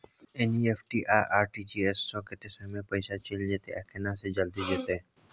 NEFT आ RTGS स कत्ते समय म पैसा चैल जेतै आ केना से जल्दी जेतै?